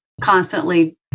constantly